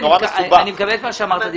אני מקבל את מה שאמרת.